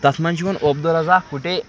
تَتھ منٛز چھُ یِوان عبدالرزاق کُٹے